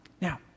Now